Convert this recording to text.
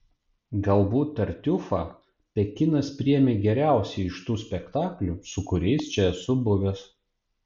galbūt tartiufą pekinas priėmė geriausiai iš tų spektaklių su kuriais čia esu buvęs